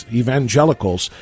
evangelicals